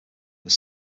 was